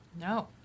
No